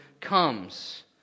comes